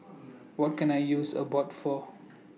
What Can I use Abbott For